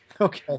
Okay